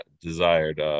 desired